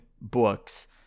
books